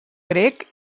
grec